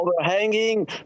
overhanging